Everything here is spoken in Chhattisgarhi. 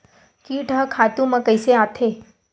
कीट ह खातु म कइसे आथे?